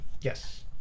Yes